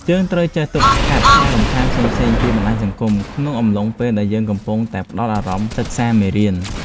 យើងត្រូវចេះទប់ស្កាត់ការរំខានផ្សេងៗពីបណ្តាញសង្គមក្នុងអំឡុងពេលដែលយើងកំពុងតែផ្តោតអារម្មណ៍សិក្សាមេរៀន។